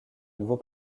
nouveau